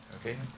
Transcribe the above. Okay